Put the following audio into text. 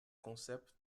concept